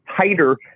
tighter